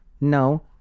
no